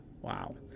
wow